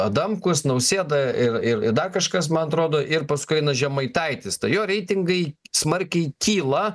adamkus nausėda ir ir ir dar kažkas man atrodo ir paskui eina žemaitaitis tai jo reitingai smarkiai kyla